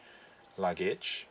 luggage